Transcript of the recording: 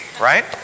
right